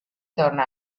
torna